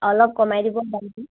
অলপ কমাই দিব দামটো